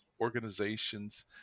organizations